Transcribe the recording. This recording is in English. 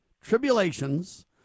tribulations